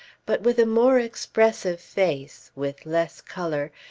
but with a more expressive face, with less colour,